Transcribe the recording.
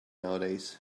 nowadays